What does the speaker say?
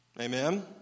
Amen